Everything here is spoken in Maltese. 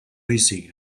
jsir